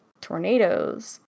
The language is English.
tornadoes